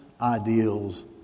ideals